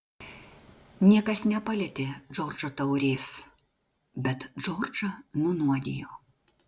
niekas nepalietė džordžo taurės bet džordžą nunuodijo